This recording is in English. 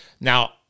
Now